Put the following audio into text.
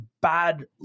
bad